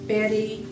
Betty